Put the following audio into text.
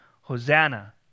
Hosanna